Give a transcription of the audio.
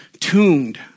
tuned